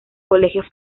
colegios